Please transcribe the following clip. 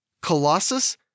Colossus